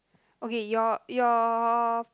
okay your your